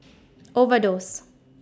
Overdose